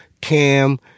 Cam